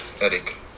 Eric